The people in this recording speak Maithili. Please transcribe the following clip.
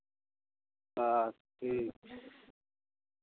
हँ ठीक